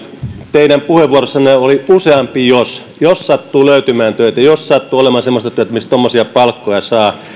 teidän puheenvuorossanne oli useampi jos jos sattuu löytymään töitä jos sattuu olemaan semmoista työtä missä tuommoisia palkkoja saa